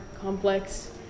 complex